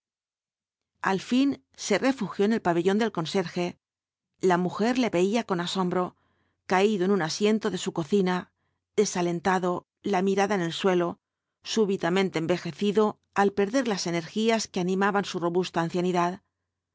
al fin se refugió en el pabellón del conserje la mu jer le veía con asombro caído en un asiento de su cocina desalentado la mirada en el suelo súbitamente envejecido al perder las energías que animaban su robusta ancianidad